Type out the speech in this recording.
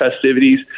festivities